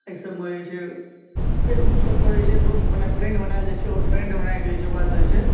एहि सभमे जे छै फेसबुक सभ पर जे छै दोस्त फ्रेन्ड बनायल जाइ छै आओर फ्रेन्ड बनायकऽ ओकरासँ जे छै